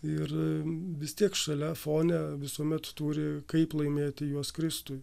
ir vis tiek šalia fone visuomet turi kaip laimėti juos kristui